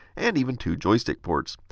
and even two joystick ports.